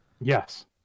yes